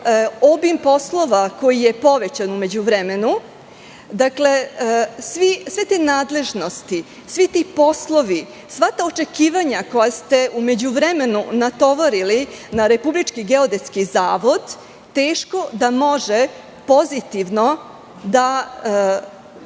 obim poslova, koji je u međuvremenu povećan. Sve te nadležnosti, svi ti poslovi, sva ta očekivanja koje ste u međuvremenu natovarili na Republički geodetski zavod, teško da može pozitivno da